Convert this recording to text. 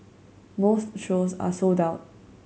most shows are sold out